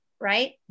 right